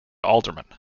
alderman